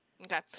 Okay